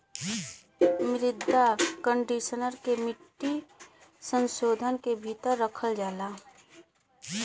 मृदा कंडीशनर के मिट्टी संशोधन के भीतर रखल जाला